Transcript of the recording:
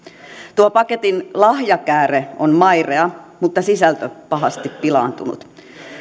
tuon paketin lahjakääre on mairea mutta sisältö pahasti pilaantunut